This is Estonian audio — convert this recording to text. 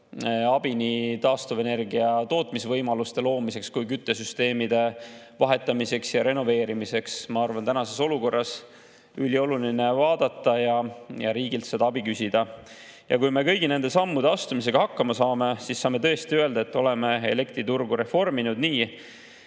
nii taastuvenergia tootmise võimaluste loomiseks kui ka küttesüsteemide vahetamiseks ja renoveerimiseks. Ma arvan, et tänases olukorras on ülioluline seda vaadata ja riigilt seda abi küsida. Kui me kõigi nende sammude astumisega hakkama saame, siis saame tõesti öelda, et oleme elektriturgu reforminud nii,